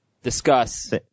discuss